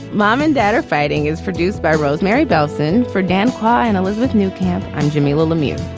mom and dad are fighting is produced by rose marie bellson for dan cly and elizabeth new camp. i'm jamilah lemieux